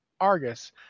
argus